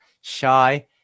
Shy